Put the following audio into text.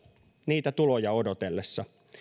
niitä tuloja odotellessa